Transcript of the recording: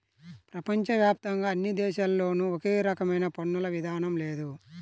ప్రపంచ వ్యాప్తంగా అన్ని దేశాల్లోనూ ఒకే రకమైన పన్నుల విధానం లేదు